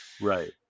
Right